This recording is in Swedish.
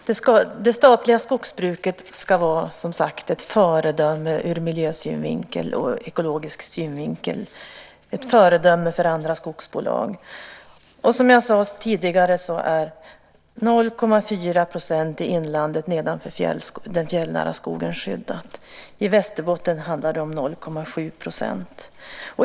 Fru talman! Det statliga skogsbruket ska som sagt vara ett föredöme ur miljösynvinkel och ekologisk synvinkel. Statens bolag ska vara ett föredöme för andra skogsbolag. Som jag sade tidigare är 0,4 % i inlandet nedanför den fjällnära skogen skyddat. I Västerbotten handlar det om 0,7 %.